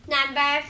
Number